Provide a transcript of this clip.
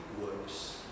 works